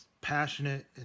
passionate